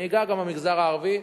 אני אגע גם במגזר הערבי,